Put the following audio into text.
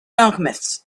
alchemists